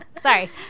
sorry